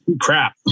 crap